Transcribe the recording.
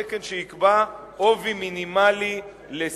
תקן שיקבע עובי מינימלי לשקית,